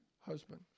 husband